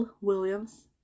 Williams